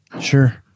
Sure